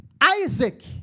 Isaac